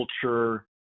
culture